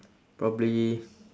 probably